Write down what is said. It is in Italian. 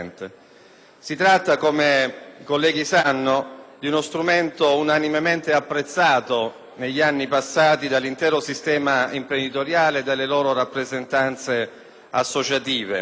ad uno strumento unanimemente apprezzato negli anni passati dall'intero sistema imprenditoriale e dalle sue stesse rappresentanze associative per aver unito la certezza delle risorse